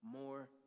more